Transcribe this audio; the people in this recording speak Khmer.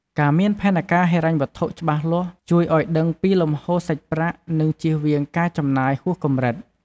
ការមានផែនការហិរញ្ញវត្ថុច្បាស់លាស់ ជួយឲ្យដឹងពីលំហូរសាច់ប្រាក់ និងជៀសវាងការចំណាយហួសកម្រិត។